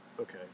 okay